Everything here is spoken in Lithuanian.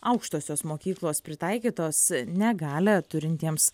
aukštosios mokyklos pritaikytos negalią turintiems